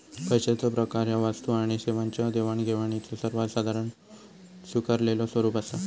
पैशाचो प्रकार ह्या वस्तू आणि सेवांच्यो देवाणघेवाणीचो सर्वात साधारण स्वीकारलेलो स्वरूप असा